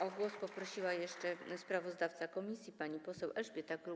O głos poprosiła jeszcze sprawozdawca komisji pani poseł Elżbieta Kruk.